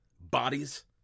Bodies